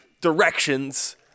directions